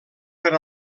per